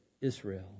Israel